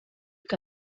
que